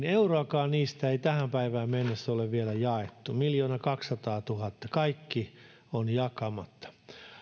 euroakaan ei tähän päivään mennessä ole vielä jaettu miljoonakaksisataatuhatta kaikki on jakamatta